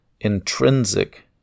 intrinsic